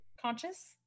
Conscious